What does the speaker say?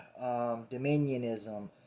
dominionism